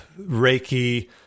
Reiki